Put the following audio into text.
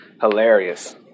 hilarious